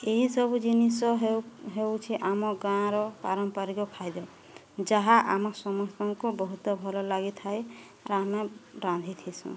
ଏହି ସବୁ ଜିନିଷ ହେଉଛି ଆମ ଗାଁ'ର ପାରମ୍ପାରିକ ଖାଦ୍ୟ ଯାହା ଆମ ସମସ୍ତଙ୍କୁ ବହୁତ ଭଲ ଲାଗିଥାଏ ଆର୍ ଆମେ ରାନ୍ଧିଥିସୁଁ